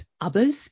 others